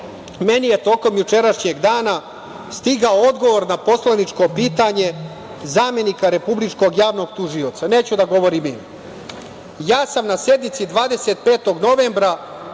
meni je tokom jučerašnjeg dana stigao odgovor na poslaničko pitanje zamenika Republičkog javnog tužioca, neću da govorim ime – ja sam na sednici 25. novembra